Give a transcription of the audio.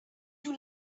you